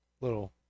little